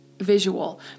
visual